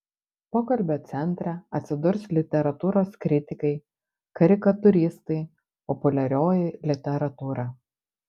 pokalbio centre atsidurs literatūros kritikai karikatūristai populiarioji literatūra